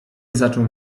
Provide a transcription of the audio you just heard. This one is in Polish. zaczął